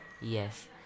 Yes